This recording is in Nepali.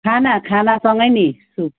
खाना खानासँगै नि सुप